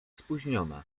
spóźniona